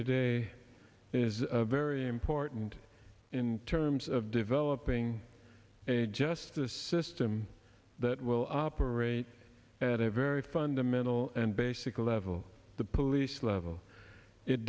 today is very important in terms of developing a justice system that will operate at a very fundamental and basic level the police level it